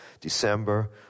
December